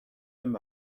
them